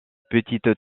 petite